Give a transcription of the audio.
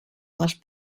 les